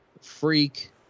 Freak